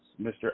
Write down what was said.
Mr